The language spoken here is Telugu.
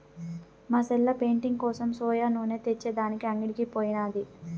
మా సెల్లె పెయింటింగ్ కోసం సోయా నూనె తెచ్చే దానికి అంగడికి పోయినాది